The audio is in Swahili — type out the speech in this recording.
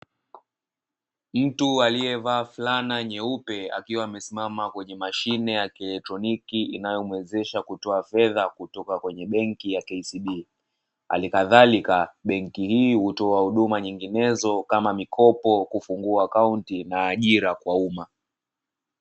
Mtu alievaa flana nyeupe akiwa amesimama kwenye mashine ya kielektroniki inayomuwezesha kutoa fedha kutoka kwenye benki ya "KCB", hali kadhalika benki hii hutoa huduma nyinginezo, kama mikopo, kufungua akaunti na ajira kwa umma.